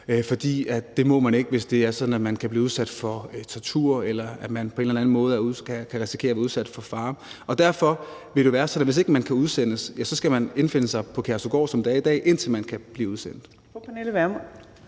fordi vi ikke må det, hvis det er sådan, at man kan blive udsat for tortur, eller at man på anden måde kan risikere at blive udsat for fare. Og derfor vil det være sådan, at hvis ikke man kan udsendes, skal man, sådan som det er i dag, indfinde sig på Kærshovedgård og være der, indtil man kan blive udsendt.